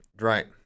Right